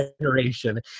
generation